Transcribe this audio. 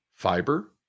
Fiber